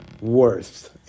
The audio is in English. worth